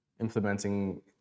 implementing